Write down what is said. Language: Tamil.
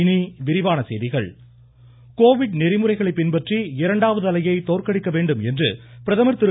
இனிவிரிவான செய்திகள் பஞ்சாயத்து ராஜ் கோவிட் நெறிமுறைகளை பின்பற்றி இரண்டாவது அலையை தோற்கடிக்க வேண்டும் என்று பிரதமர் திரு